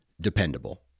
dependable